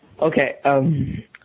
Okay